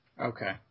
okay